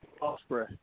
Osprey